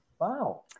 Wow